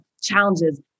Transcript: challenges